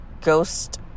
ghost